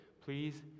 please